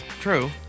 True